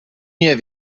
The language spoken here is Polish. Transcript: nie